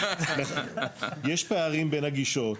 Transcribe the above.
יש פערים בין הגישות,